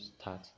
start